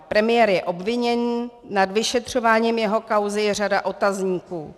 Premiér je obviněný, nad vyšetřováním jeho kauzy je řada otazníků.